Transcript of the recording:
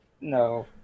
No